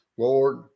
Lord